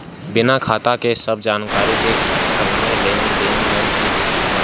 बिना खाता के सब जानकरी के कवनो लेन देन नाइ हो सकत बाटे